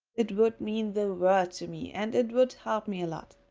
it would mean the world to me and it would help me a lot.